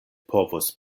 povos